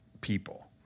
people